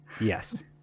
Yes